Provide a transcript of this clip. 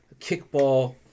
kickball